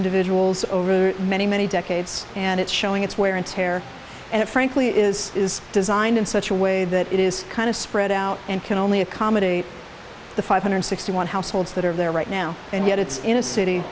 individuals over many many decades and it's showing its wear and tear and it frankly is is designed in such a way that it is kind of spread out and can only accommodate the five hundred sixty one households that are there right now and yet it's in a city